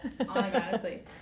automatically